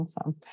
Awesome